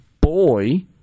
boy